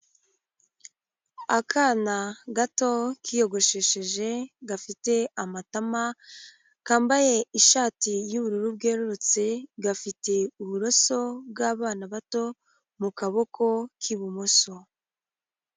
Akana gato kiyogoshesheje gafite amatama, kambaye ishati y'ubururu bwerurutse, gafite uburoso bw'abana bato mu kaboko k'ibumoso.